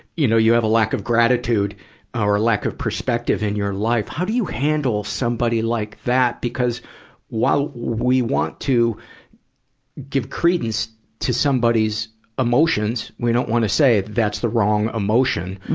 you know, you have a lack of gratitude or a lack of perceptive in your life. how do you handle somebody like that? because while we want to give credence to somebody's emotions we don't wanna say that's the wrong emotion